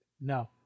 No